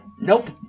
Nope